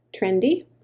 trendy